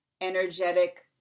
energetic